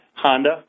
Honda